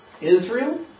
Israel